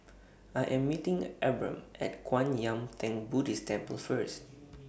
I Am meeting Abram At Kwan Yam Theng Buddhist Temple First